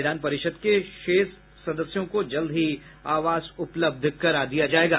विधान परिषद् के शेष सदस्यों को जल्द ही आवास उपलब्ध करा दिया जायेगा